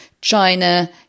China